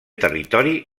territori